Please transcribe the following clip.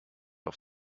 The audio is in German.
auf